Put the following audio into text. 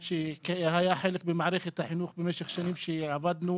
שהיה חלק ממערכת החינוך במשך השנים כשעבדנו,